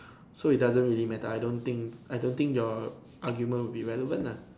so it doesn't really matter I don't think I don't think your argument will be relevant lah